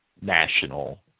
national